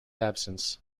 absence